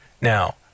now